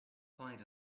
find